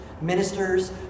ministers